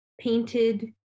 painted